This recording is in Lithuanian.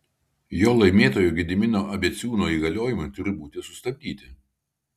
jo laimėtojo gedimino abeciūno įgaliojimai turi būti sustabdyti